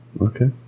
okay